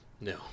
No